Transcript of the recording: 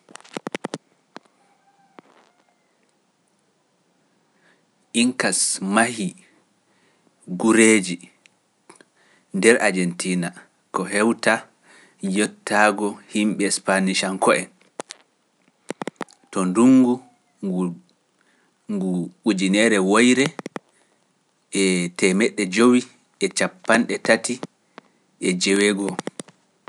Inkas mahi gureeji nder ajentiina ko hewta yottaago himɓe Espaanisanko'en to ndungu ngu ujineere woyre e teemeɗɗe jowi e capanɗe tati e jeweego.